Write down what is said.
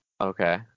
Okay